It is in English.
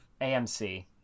AMC